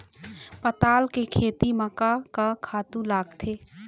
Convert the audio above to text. पताल के खेती म का का खातू लागथे?